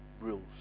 rules